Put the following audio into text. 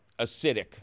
acidic